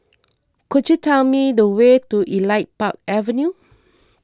could you tell me the way to Elite Park Avenue